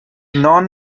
known